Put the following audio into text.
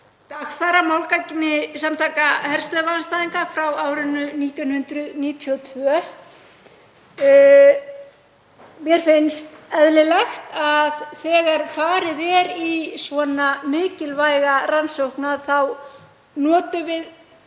Dagfara, málgagni Samtaka herstöðvaandstæðinga, frá árinu 1992. Mér finnst eðlilegt að þegar farið er í svona mikilvæga rannsókn þá notum við